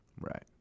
Right